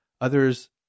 others